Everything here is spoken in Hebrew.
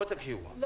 לא.